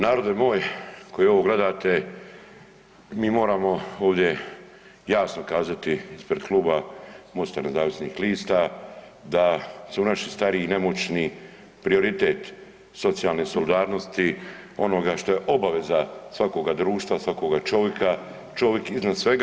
Narode moj koji ovo gledate mi moramo ovdje jasno kazati ispred Kluba MOST-a nezavisnih lista da su naši stari i nemoćni prioritet socijalne solidarnosti, onoga što je obaveza svakoga društva, svakoga čovika, čovik iznad svega.